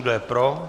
Kdo je pro?